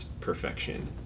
perfection